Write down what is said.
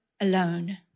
alone